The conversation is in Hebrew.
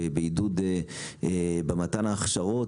בעידוד במתן ההכשרות